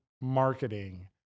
marketing